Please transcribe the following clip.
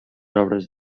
obres